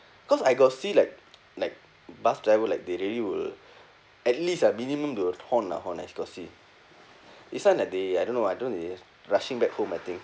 cause I got see like like bus driver like they really will at least ah minimum will horn ah horn ah and still got see this [one] ah they I don't know ah I don't know they rushing back home I think